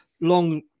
long